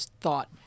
thought